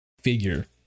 figure